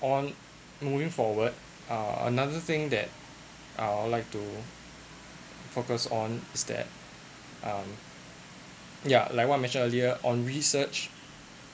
on moving forward uh another thing that I'd like to focus on is that um yeah like what I mentioned earlier on research